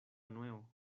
nuevo